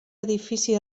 edifici